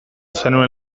zenuen